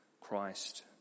Christ